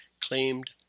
claimed